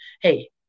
hey